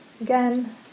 again